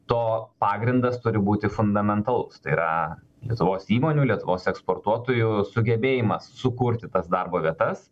to pagrindas turi būti fundamentalus tai yra lietuvos įmonių lietuvos eksportuotojų sugebėjimas sukurti tas darbo vietas